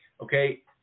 okay